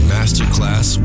Masterclass